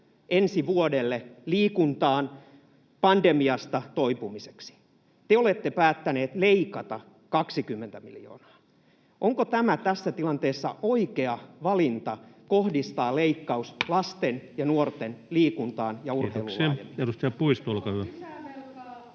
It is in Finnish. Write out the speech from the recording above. ensi vuodelle liikuntaan pandemiasta toipumiseksi. Te olette päättäneet leikata 20 miljoonaa. Onko tässä tilanteessa oikea valinta kohdistaa leikkaus lasten ja nuorten liikuntaan ja urheiluun laajemmin? [Anne Kalmari: Haluatteko lisää